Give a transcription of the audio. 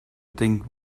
think